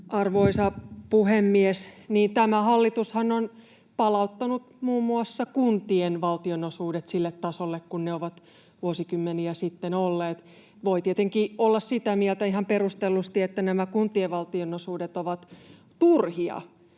Arvoisa puhemies! Niin, tämä hallitushan on palauttanut muun muassa kuntien valtionosuudet sille tasolle, jolla ne ovat vuosikymmeniä sitten olleet. Voi tietenkin olla sitä mieltä ihan perustellusti, että nämä kuntien valtionosuudet ovat turhia